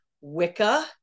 Wicca